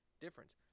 difference